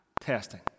testing